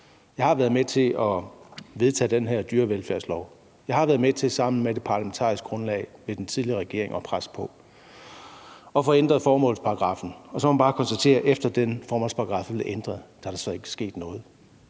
jeg har været med til at vedtage den her dyrevelfærdslov, og at jeg sammen med det parlamentariske grundlag og den tidligere regering har været med til at presse på og få ændret formålsparagraffen, og så må man bare konstatere, at der, efter at den formålsparagraf er blevet ændret, ikke er sket noget.